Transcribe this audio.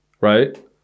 right